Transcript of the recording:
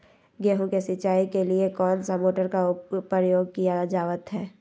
गेहूं के सिंचाई के लिए कौन सा मोटर का प्रयोग किया जावत है?